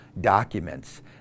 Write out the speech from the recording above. documents